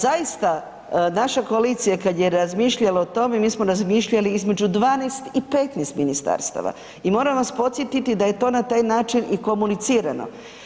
Zaista, naša koalicija kad je razmišljala o tome, mi smo razmišljali između 12 i 15 ministarstava i moram vas podsjetiti da je to na taj način i komunicirano.